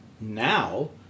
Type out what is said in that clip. now